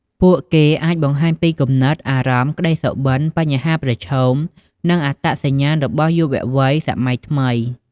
ពួកគេអាចបង្ហាញពីគំនិត អារម្មណ៍ ក្តីសុបិន្ត បញ្ហាប្រឈម និងអត្តសញ្ញាណរបស់យុវវ័យសម័យថ្មី។